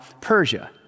Persia